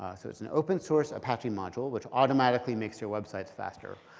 so it's an open source apache module, which automatically makes your websites faster.